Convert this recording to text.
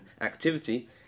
activity